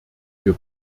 wir